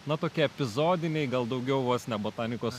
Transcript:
na tokie epizodiniai gal daugiau vos ne botanikos